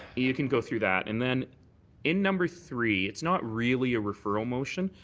you can go through that. and then in number three, it's not really a referral motion.